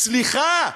סליחה,